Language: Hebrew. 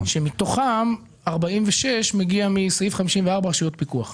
שמתוכם 46 מיליון שקל מגיעים מסעיף 54: רשויות פיקוח.